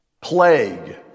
Plague